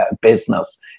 business